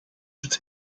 used